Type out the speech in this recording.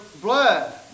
blood